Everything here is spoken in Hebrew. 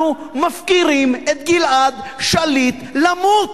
אנחנו מפקירים את גלעד שליט למות.